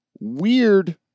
weird